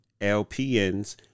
LPNs